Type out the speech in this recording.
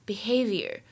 Behavior